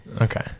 okay